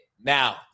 Now